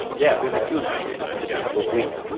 yeah really soon, actually. in in just a couple of weeks,